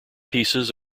pieces